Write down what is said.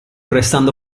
restando